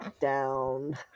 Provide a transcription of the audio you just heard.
down